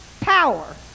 power